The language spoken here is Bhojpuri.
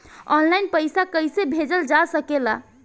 आन लाईन पईसा कईसे भेजल जा सेकला?